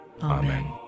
Amen